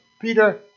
Peter